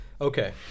Okay